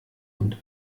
und